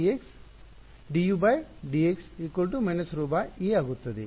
ρε ಸರಿ ಆಗ ಅದು ddx dUdx − ρε ಆಗುತ್ತದೆ